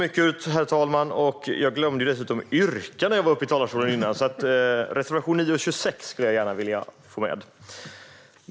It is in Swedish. Herr talman! Jag glömde mitt yrkande när jag var uppe i talarstolen tidigare, så jag skulle gärna vilja yrka bifall till reservationerna 9 och 26.